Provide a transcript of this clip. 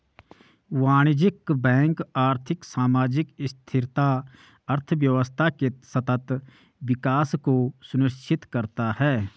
वाणिज्यिक बैंक आर्थिक, सामाजिक स्थिरता, अर्थव्यवस्था के सतत विकास को सुनिश्चित करता है